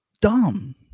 dumb